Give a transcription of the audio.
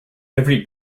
every